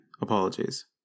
apologies